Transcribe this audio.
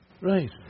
Right